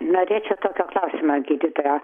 norėčiau tokio klausimo gydytojo